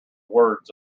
words